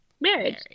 marriage